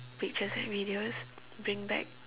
pictures and videos bring back